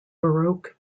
baroque